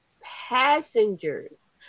passengers